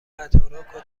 قطارها